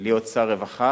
להיות שר רווחה